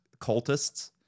cultists